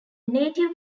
native